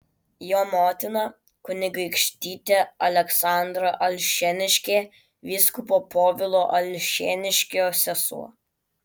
jo motina kunigaikštytė aleksandra alšėniškė vyskupo povilo alšėniškio sesuo